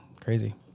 crazy